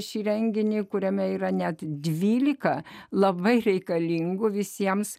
šį renginį kuriame yra net dvylika labai reikalingų visiems